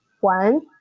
one